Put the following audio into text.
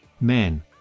Men